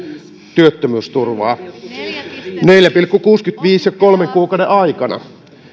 työttömyysturvaa neljän pilkku kuudenkymmenenviiden kolmen kuukauden aikana